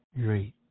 great